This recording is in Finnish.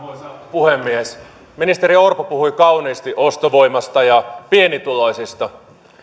puhemies ministeri orpo puhui kauniisti ostovoimasta ja pienituloisista